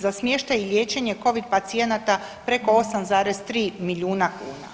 Za smještaj i liječenje covid pacijenata preko 8,3 milijuna kuna.